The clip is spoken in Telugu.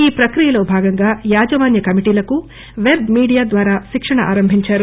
ఈ ప్రక్రియలో భాగంగా యాజమాన్య కమిటీలకు పెట్మీడియా ద్వారా శిక్షణ ఆరంభించారు